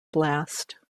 blast